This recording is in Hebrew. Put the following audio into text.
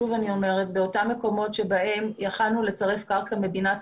אני שוב אומרת באותם המקומות שבהם יכולנו לצרף קרקע מדינה,